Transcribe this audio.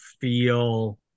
feel